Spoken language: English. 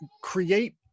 create